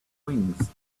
wings